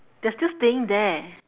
they are still staying there